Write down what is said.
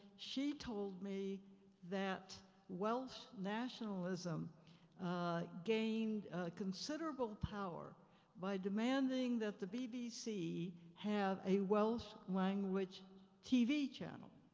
she told me that welsh nationalism gained considerable power by demanding that the bbc have a welsh language tv channel.